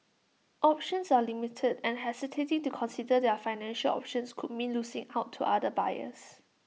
options are limited and hesitating to consider their financial options could mean losing out to other buyers